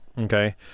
Okay